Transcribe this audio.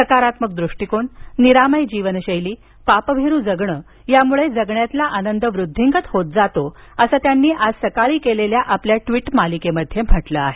साकात्मक दृष्टीकोन निरामय जीवनशैली पापभिरू जगणं यामुळे जगण्यातील आनंद वृक्षिंगत होत जातो असं त्यांनी आज सकाळी केलेल्या आपल्या ट्वीटमालिकेमध्ये म्हटलं आहे